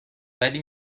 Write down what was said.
ولی